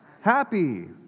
happy